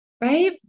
right